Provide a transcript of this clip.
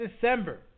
December